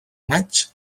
maig